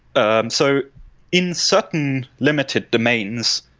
and so in certain limited domains,